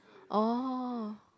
oh